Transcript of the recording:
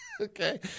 okay